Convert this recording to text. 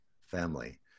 family